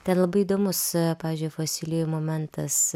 ten labai įdomus pavyzdžiui fosilijų momentas